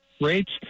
rates